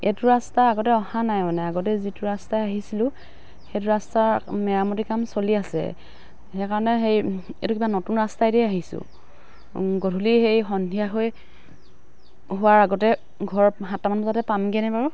এইটো ৰাস্তা আগতে অহা নাই মানে আগতে যিটো ৰাস্তাই আহিছিলোঁ সেইটো ৰাস্তাৰ মেৰামতি কাম চলি আছে সেইকাৰণে হেৰি এইটো কিবা নতুন ৰাস্তাই দি আহিছোঁ গধূলি সেই সন্ধিয়া হৈ হোৱাৰ আগতে ঘৰ সাতটামান বজাতে পামগে নে বাৰু